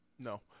No